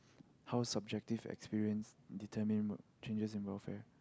how's subjective experience determine changes about welfare